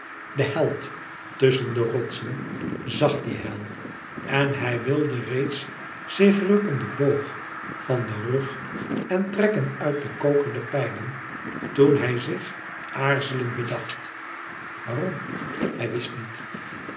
de held tusschen de rotsen zag die hel en hij wilde reeds zich rukken den boog van den rug en trekken uit den koker de pijlen toen hij zich aarzelend bedacht waarom hij wist niet